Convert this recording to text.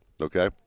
Okay